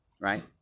right